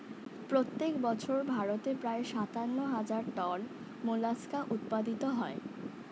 প্রত্যেক বছর ভারতে প্রায় সাতান্ন হাজার টন মোলাস্কা উৎপাদিত হয়